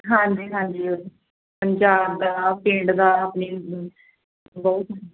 ਹਾਂਜੀ ਹਾਂਜੀ ਉਹ ਤਾਂ ਪੰਜਾਬ ਦਾ ਪਿੰਡ ਦਾ ਆਪਣੇ ਬਹੁਤ